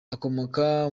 akomoka